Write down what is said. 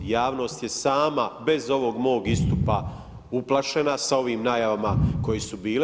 Javnost je sama bez ovog mog istupa uplašena sa ovim najavama koje su bile.